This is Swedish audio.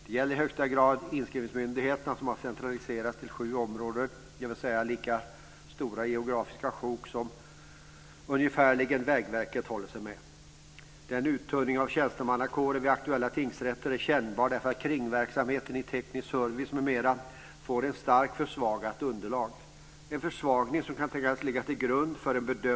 Det gäller i högsta grad inskrivningsmyndigheterna som har centraliserats till sju områden, dvs. ungefärligen lika stora geografiska sjok som Vägverket håller sig med. Uttunningen av tjänstemannakåren vid aktuella tingsrätter är kännbar därför att kringverksamheter i teknisk service m.m. får ett starkt försvagat underlag.